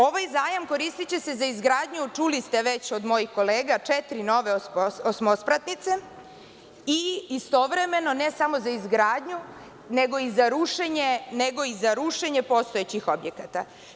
Ovaj zajam koristiće se za izgradnju, čuli ste već od mojih kolega, četiri nove osmospratnice i istovremeno, ne samo za izgradnju, nego i za rušenje postojećih objekata.